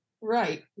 Right